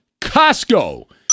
Costco